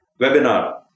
webinar